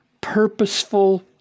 purposeful